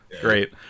Great